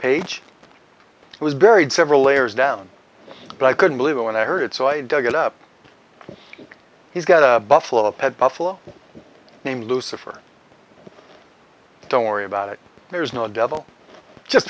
page was buried several layers down but i couldn't believe it when i heard it so i dug it up he's got a buffalo pet buffalo named lucifer don't worry about it there is no devil just